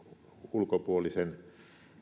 ulkopuolisen